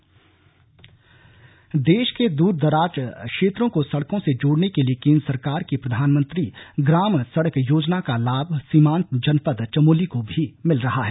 PMGSY देश के दूर दराज क्षेत्रों को सड़कों से जोड़ने के लिए केंद्र सरकार की प्रधानमंत्री ग्राम सड़क योजना का लाभ सीमांत जनपद चमोली को भी मिल रहा है